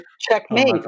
checkmate